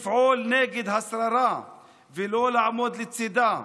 לפעול נגד השררה ולא לעמוד לצידה.